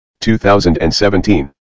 2017